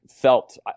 felt